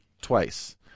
twice